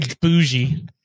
bougie